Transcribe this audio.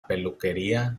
peluquería